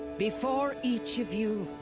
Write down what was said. before each of you.